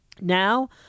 Now